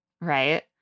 right